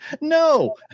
No